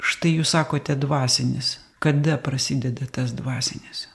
štai jūs sakote dvasinis kada prasideda tas dvasinis